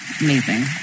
Amazing